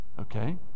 okay